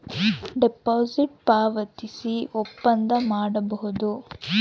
deposit ಪಾವತಿಸಿ ಒಪ್ಪಂದ ಮಾಡಬೋದು